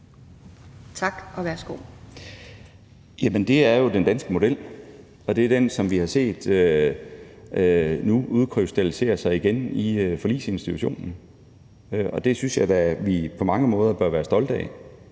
Bødskov): Jamen det er jo den danske model, og det er den, som vi nu har set udkrystallisere sig igen i Forligsinstitutionen. Det synes jeg da vi på mange måder bør være stolte af,